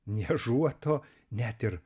niežuoto net ir